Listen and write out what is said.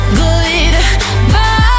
goodbye